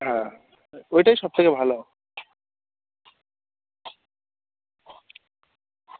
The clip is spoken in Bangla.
হ্যাঁ ওইটাই সব থেকে ভালো